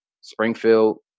Springfield